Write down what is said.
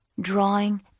drawing